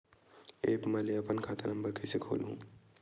App म ले अपन खाता नम्बर कइसे खोलहु?